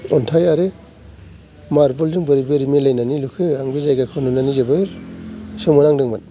अन्थाइ आरो मार्बल जों बोरै बोरै मिलायनानै लुखो आं बे जायगाखौ नुनानै जोबोर सोमोनांदोंमोन